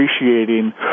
appreciating